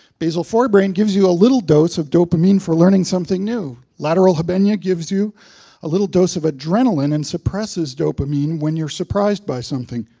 basal forebrain gives you a little dose of dopamine for learning something new. lateral habenula gives you a little dose of adrenaline and suppresses dopamine when you're surprised by something.